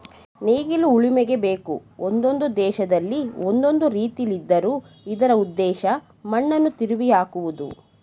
ನೇಗಿಲು ಉಳುಮೆಗೆ ಬೇಕು ಒಂದೊಂದು ದೇಶದಲ್ಲಿ ಒಂದೊಂದು ರೀತಿಲಿದ್ದರೂ ಇದರ ಉದ್ದೇಶ ಮಣ್ಣನ್ನು ತಿರುವಿಹಾಕುವುದು